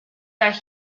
that